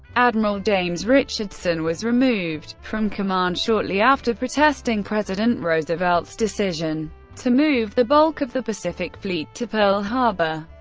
admiral james richardson was removed from command shortly after protesting president roosevelt's decision to move the bulk of the pacific fleet to pearl harbor.